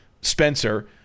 Spencer